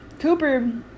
Cooper